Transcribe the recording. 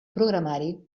programari